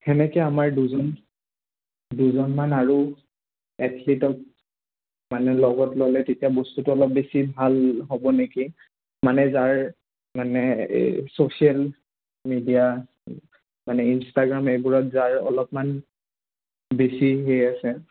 সেনেকৈ আমাৰ দুজন দুজনমান আৰু এথলিটত মানে লগত ল'লে তেতিয়া বস্তুটো অলপ বেছি ভাল হ'ব নেকি মানে যাৰ মানে এই ছ'চিয়েল মিডিয়া মানে ইনষ্টাগ্ৰাম এইবোৰত যাৰ অলপমান বেছি হেৰি আছে